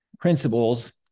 principles